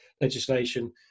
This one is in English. legislation